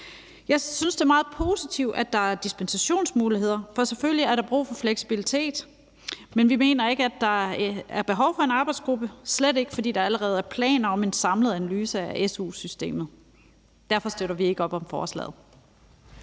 Jeg synes, at det er meget positivt, at der er dispensationsmuligheder, for selvfølgelig er der brug for fleksibilitet. Men vi mener ikke, at der er behov for en arbejdsgruppe, slet ikke når der allerede er planer om en samlet analyse af su-systemet. Derfor støtter vi ikke op om forslaget.